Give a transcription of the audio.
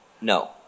No